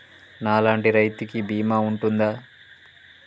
నా లాంటి రైతు కి బీమా ఉంటుందా?